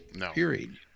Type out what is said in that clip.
period